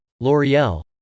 L'Oreal